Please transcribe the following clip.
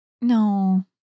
No